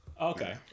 Okay